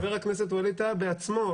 חבר הכנסת ווליד טאהא בעצמו,